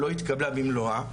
לא התקבלה במלואה.